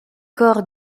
corps